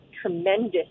tremendous